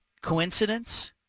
coincidence